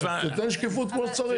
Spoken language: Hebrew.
תן שקיפות כמו שצריך.